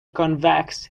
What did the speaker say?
convex